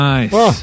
Nice